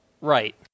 right